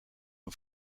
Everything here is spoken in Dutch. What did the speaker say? een